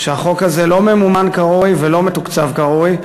הוא שהחוק הזה לא ממומן כראוי ולא מתוקצב כראוי.